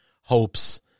hopes